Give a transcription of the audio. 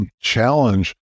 challenge